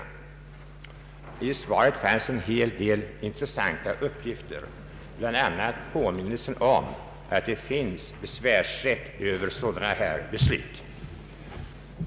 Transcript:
I svaret förekommer en del intressanta uppgifter. Bland annat nämns att man hos länsstyrelsen kan besvära sig över sådana här beslut.